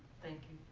thank you.